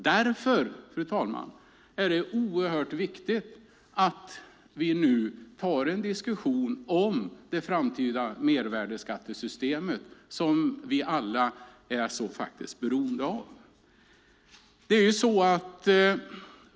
Därför, fru talman, är det viktigt att vi tar en diskussion om det framtida mervärdesskattesystemet som vi alla är beroende av.